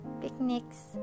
picnics